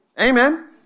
Amen